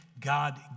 God